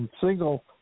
single